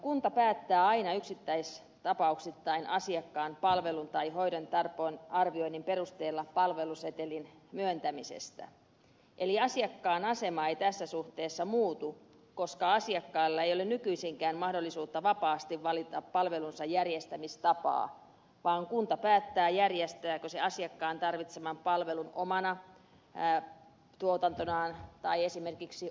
kunta päättää aina yksittäistapauksittain asiakkaan palvelun tai hoidon tarpeen arvioinnin perusteella palvelusetelin myöntämisestä eli asiakkaan asema ei tässä suhteessa muutu koska asiakkaalla ei ole nykyisinkään mahdollisuutta vapaasti valita palvelunsa järjestämistapaa vaan kunta päättää järjestääkö se asiakkaan tarvitseman palvelun omana tuotantonaan tai esimerkiksi ostopalveluna